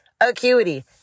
Acuity